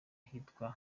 ahitwa